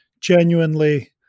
genuinely